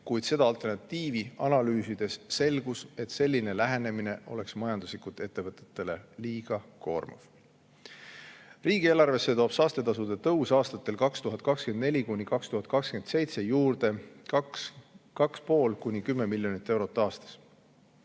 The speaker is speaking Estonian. kuid seda alternatiivi analüüsides selgus, et selline lähenemine oleks ettevõtetele majanduslikult liiga koormav. Riigieelarvesse toob saastetasude tõus aastatel 2024–2027 juurde 2,5–10 miljonit eurot aastas.